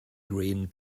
green